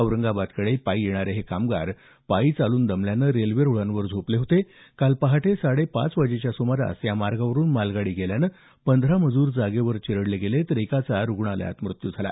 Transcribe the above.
औरंगाबादकडे पायी येणारे हे कामगार पायी चालून दमल्यानं रेल्वे रुळांवर झोपले होते काल पहाटे साडेपाचच्या सुमारास या मार्गावरुन मालगाडी गेल्यानं पंधरा मजूर जागेवरच चिरडले गेले तर एकाचा रुग्णालयात मृत्यू झाला